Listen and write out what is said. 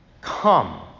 Come